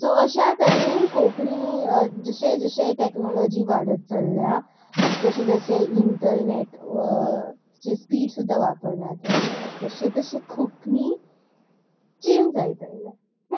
so अश्या तरेन कोंकणी जशे जशे टॅक्नोलॉजी वाडत चलल्या तशें जशें इंटरनेटची स्पीड सुद्दां वापरनातल्या तशें तशें कोंकणी चेंज जायत आयल्या